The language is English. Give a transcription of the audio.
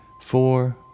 four